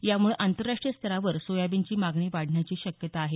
यामुळे आंतरराष्ट्रीय स्तरावर सोयाबीनची मागणी वाढण्याची शक्यता आहे